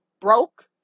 broke